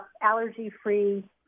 allergy-free